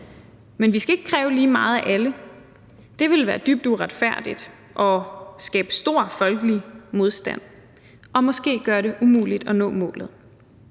men vi skal ikke kræve lige meget af alle. Det ville være dybt uretfærdigt og skabe stor folkelig modstand og måske gøre det umuligt at nå målet.